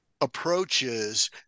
approaches